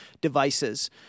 devices